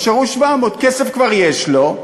נשארו 700. כסף כבר יש לו,